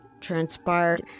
transpired